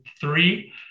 three